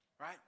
Right